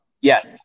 Yes